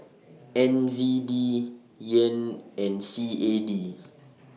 N Z D Yen and C A D